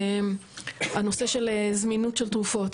הנושא של זמינות של תרופות,